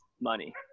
money